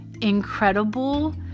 incredible